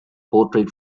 portrait